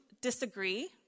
disagree